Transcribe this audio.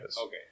okay